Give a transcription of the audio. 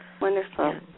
Wonderful